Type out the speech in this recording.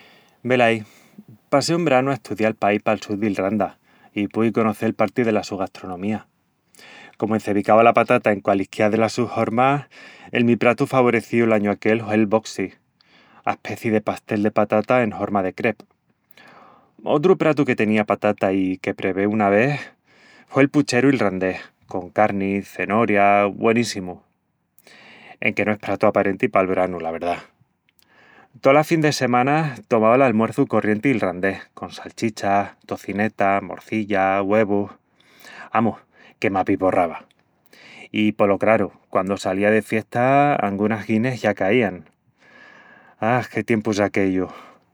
Velaí, passé un branu a estudial paí pal sul d'Ilranda i púi conocel parti dela su gastronomía. Comu encevicau ala patata en qualisquiá delas sus hormas, el mi pratu favorecíu l'añu aquel hue el "boxty", aspecii de pastel de patata en horma de crepe. Otru pratu que tenía patata i que prevé una ves hue'l pucheru ilrandés, con carni, cenoria... güeníssimu. Enque no es pratu aparenti pal veranu, la verdá... Tolas fin-de-semanas tomava'l almuerçu corrienti ilrandés, con salchichas, tocineta, morcilla, güevus... amus, que m'apiporrava. I polo craru, quandu salía de fiesta, angunas Guinness ya caían... A, qué tiempus aquellus...